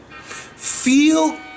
Feel